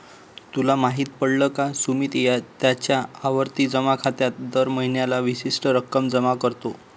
तुला माहित पडल का? सुमित त्याच्या आवर्ती जमा खात्यात दर महीन्याला विशिष्ट रक्कम जमा करतो